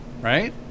right